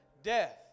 death